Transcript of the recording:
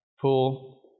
pool